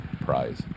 prize